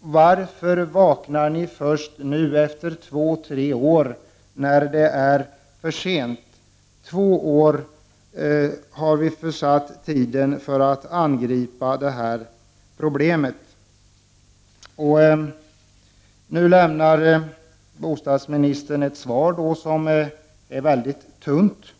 Varför vaknar ni först nu, efter att ha försuttit två till tre år när det gällt att angripa dessa problem? Bostadsministern har nu lämnat ett svar som är mycket tunt.